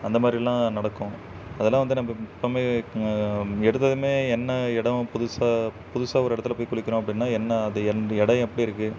அந்த மாதிரிலாம் நடக்கும் அதெலாம் வந்து நம்ம எப்போவுமே எடுத்ததுமே என்ன எடம் புதுசாக புதுசாக ஒரு இடத்துல போய் குளிக்கிறோம் அப்படின்னா என்ன அது எந் இடம் எப்படி இருக்குது